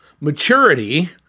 maturity